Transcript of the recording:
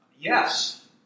Yes